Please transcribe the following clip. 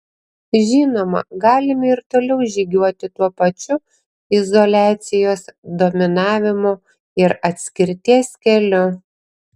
žinoma galime ir toliau žygiuoti tuo pačiu izoliacijos dominavimo ir atskirties keliu